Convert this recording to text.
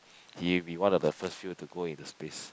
he will be one of the first few to go into space